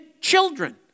children